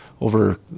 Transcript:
over